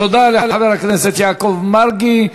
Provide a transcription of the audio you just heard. תודה לחבר הכנסת יעקב מרגי.